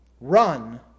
run